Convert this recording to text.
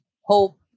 hope